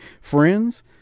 friends